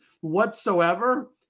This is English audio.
whatsoever